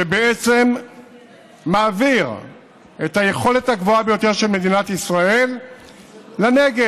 שבעצם מעביר את היכולת הגבוהה ביותר של מדינת ישראל לנגב.